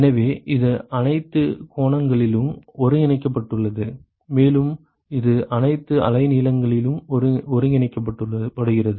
எனவே இது அனைத்து கோணங்களிலும் ஒருங்கிணைக்கப்பட்டுள்ளது மேலும் இது அனைத்து அலைநீளங்களிலும் ஒருங்கிணைக்கப்படுகிறது